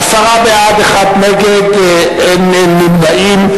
עשרה בעד, אחד נגד, אין נמנעים.